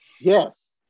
Yes